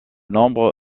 nombre